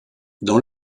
dans